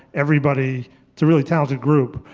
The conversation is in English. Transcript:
everybody is a really talented group.